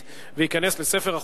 ובכן,